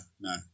no